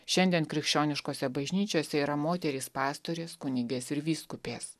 šiandien krikščioniškose bažnyčiose yra moterys pastorės kunigės ir vyskupės